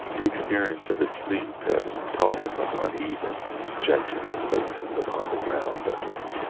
the experience of his sleep having taught him of uneven and objectionable places upon the ground under him.